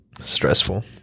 Stressful